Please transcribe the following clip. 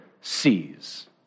sees